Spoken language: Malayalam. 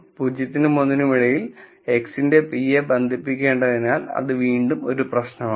0 നും 1 നും ഇടയിൽ x ന്റെ p യെ ബന്ധിപ്പിക്കേണ്ടതിനാൽ അത് വീണ്ടും ഒരു പ്രശ്നമാണ്